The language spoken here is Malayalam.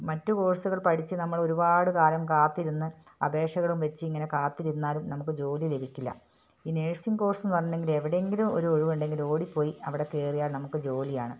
മറ്റു കോഴ്സുകൾ പഠിച്ച് നമ്മൾ ഒരുപാട് കാലം കാത്തിരുന്ന് അപേക്ഷകളും വെച്ച് ഇങ്ങനെ കാത്തിരുന്നാലും നമുക്ക് ജോലി ലഭിക്കില്ല ഈ നഴ്സിംഗ് കോഴ്സ് എന്ന് പറഞ്ഞെങ്കില് എവിടെങ്കിലും ഒരു ഒഴിവുണ്ടെങ്കില് ഓടി പോയി അവിടെ കയറിയാൽ നമുക്ക് ജോലിയാണ്